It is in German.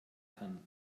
kann